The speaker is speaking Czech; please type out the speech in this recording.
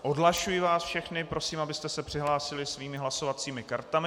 Odhlašuji vás všechny, prosím, abyste se přihlásili svými hlasovacími kartami.